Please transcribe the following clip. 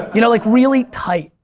you know, like really tight,